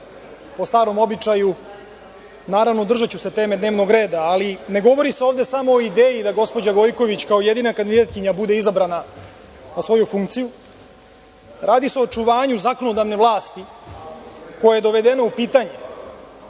Po starom običaju, naravno, držaću se teme dnevnog reda. Ne govori se ovde samo o ideji da gospođa Gojković kao jedina kandidatkinja bude izabrana na svoju funkciju, radi se o očuvanju zakonodavne vlasti, koje je dovedeno u pitanje.